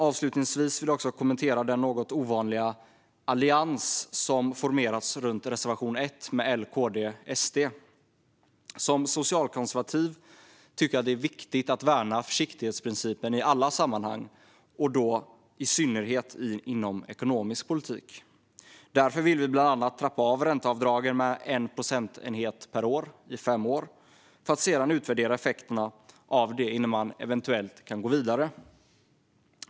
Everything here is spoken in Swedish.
Avslutningsvis vill jag också kommentera den något ovanliga allians som formerats runt reservation 1 med L, KD och SD. Som socialkonservativ tycker jag att det är viktigt att värna försiktighetsprincipen i alla sammanhang, och då i synnerhet inom ekonomisk politik. Därför vill vi bland annat trappa av ränteavdragen med en procentenhet per år i fem år, för att sedan utvärdera effekterna av det innan man eventuellt kan gå vidare.